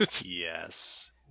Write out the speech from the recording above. Yes